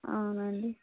అవునండి